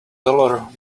dollar